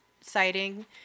sighting